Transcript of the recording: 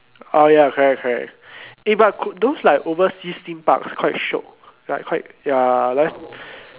oh ya correct correct eh but those like overseas theme parks quite shiok like quite ya like